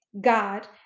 God